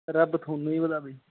ਰੱਬ ਤੁਹਾਨੂੰ ਵੀ ਵਧਾਵੇ ਜੀ